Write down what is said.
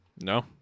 No